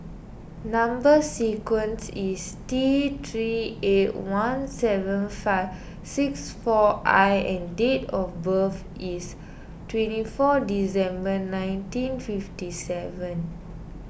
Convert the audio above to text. Number Sequence is T three eight one seven five six four I and date of birth is twenty four December nineteen fifty seven